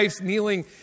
kneeling